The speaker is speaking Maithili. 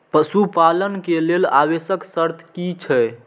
पशु पालन के लेल आवश्यक शर्त की की छै?